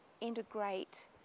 integrate